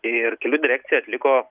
ir kelių direkcija atliko